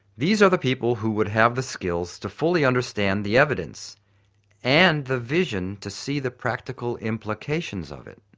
these are the people who would have the skills to fully understand the evidence and the vision to see the practical implications of it.